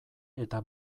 eta